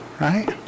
right